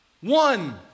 one